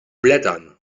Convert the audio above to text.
blättern